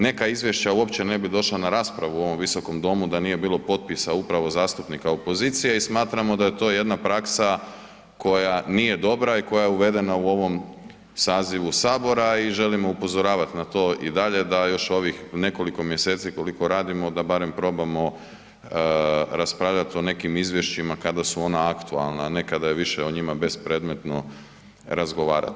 Neka izvješća uopće ne došla na raspravu u ovom visokom domu da nije bilo potpisa upravo zastupnika opozicije i smatramo da je to jedna praksa koja nije dobra i koja je uvedena u ovom sazivu sabora i želimo upozoravati na to i dalje da još ovih nekoliko mjeseci koliko radimo da barem probamo raspravljati o nekim izvješćima kada su ona aktualna, a ne kada je više o njima bespredmetno razgovarati.